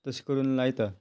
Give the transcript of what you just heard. तशें करून लायता